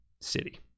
city